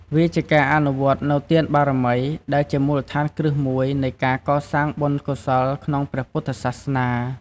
វាជាការអនុវត្តនូវទានបារមី ដែលជាមូលដ្ឋានគ្រឹះមួយនៃការកសាងបុណ្យកុសលក្នុងព្រះពុទ្ធសាសនា។